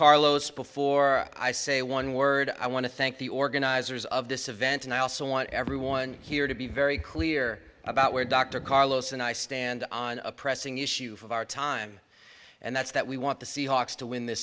carlos before i say one word i want to thank the organizers of this event and i also want everyone here to be very clear about where dr carlos and i stand on a pressing issue of our time and that's that we want to see hawks to win the